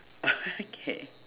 okay